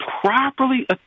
properly